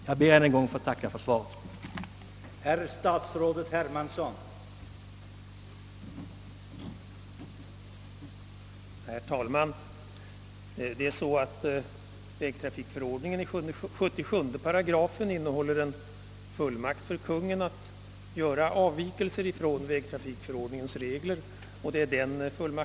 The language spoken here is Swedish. Jag ber än en gång att få tacka för svaret på min interpellation.